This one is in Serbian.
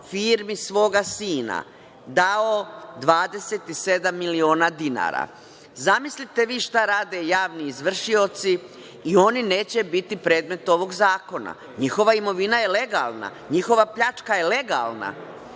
firmi svoga sina dao 27 miliona dinara. Zamislite vi šta rade javni izvršioci i oni neće biti predmet ovog zakona. Njihova imovina je legalna, njihova pljačka je legalna.